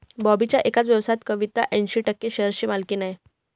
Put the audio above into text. बॉबीच्या एकाच व्यवसायात कविता ऐंशी टक्के शेअरची मालकीण आहे